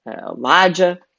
Elijah